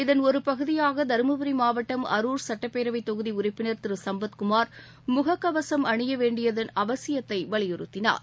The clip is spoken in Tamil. இதன் ஒரு பகுதியாக தருமபுரி மாவட்டம் அரூர் சுட்டப்பேரவை தொகுதி உறுப்பினா் திரு சம்பத்குமா் முகக்கவசம் அணியவேண்டியதன் அவசியத்தை வலியுறுத்தினார்